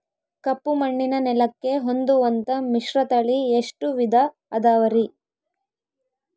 ಕಪ್ಪುಮಣ್ಣಿನ ನೆಲಕ್ಕೆ ಹೊಂದುವಂಥ ಮಿಶ್ರತಳಿ ಎಷ್ಟು ವಿಧ ಅದವರಿ?